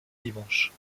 dimanche